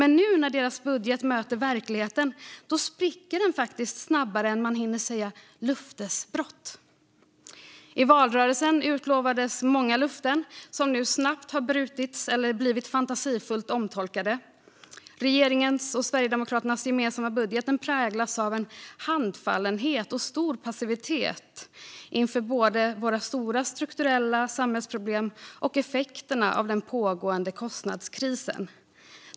Men nu, när deras budget möter verkligheten, spricker den snabbare än man hinner säga "löftesbrott". I valrörelsen gavs många löften som nu snabbt har brutits eller blivit fantasifullt omtolkade. Regeringens och Sverigedemokraternas gemensamma budget präglas av en handfallenhet och stor passivitet både inför våra stora strukturella samhällsproblem och inför effekterna av den pågående kostnadskrisen.